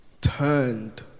turned